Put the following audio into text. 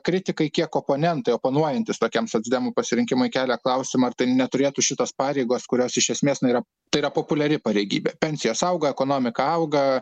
kritikai kiek oponentai oponuojantys tokiam socdemų pasirinkimui kelia klausimą ar tai neturėtų šitos pareigos kurios iš esmės nėra tai yra populiari pareigybė pensijos auga ekonomika auga